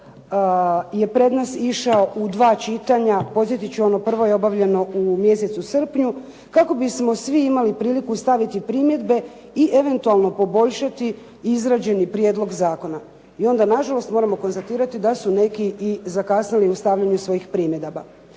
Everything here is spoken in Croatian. je prijenos išao u dva čitanja. Podsjetit ću ono prvo je obavljeno u mjesecu srpnju kako bismo svi imali priliku staviti primjedbe i eventualno poboljšati izrađeni prijedlog zakona. I onda na žalost moramo konstatirati da su neki i zakasnili u stavljanju svojih primjedaba.